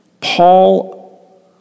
Paul